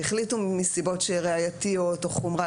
והחליטו זאת מסיבות ראייתיות או חומרה,